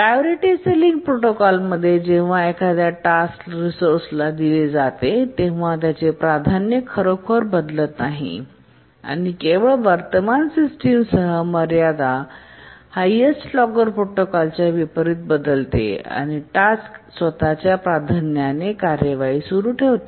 priority ceiling प्रोटोकॉलमध्ये जेव्हा एखाद्या टास्क स रिसोर्से दिले जाते तेव्हा त्याची प्राधान्य खरोखर बदलत नाही आणि केवळ वर्तमान सिस्टीमची मर्यादा हायेस्टलॉकर प्रोटोकॉलच्या विपरीत बदलते आणि टास्क स्वतःच्या प्राधान्याने टास्कवाही सुरू ठेवते